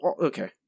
Okay